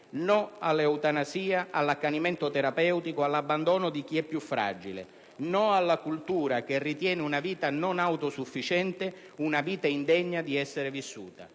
No all'eutanasia, all'accanimento terapeutico, all'abbandono di chi è più fragile. No alla cultura che ritiene una vita non autosufficiente una vita indegna di essere vissuta.